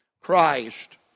Christ